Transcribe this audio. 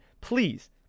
please